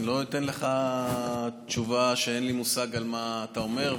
לא אתן לך תשובה שאין לי מושג על מה אתה מדבר.